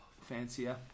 fancier